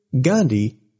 Gandhi